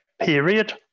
period